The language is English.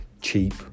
cheap